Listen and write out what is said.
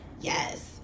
yes